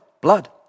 blood